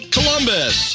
Columbus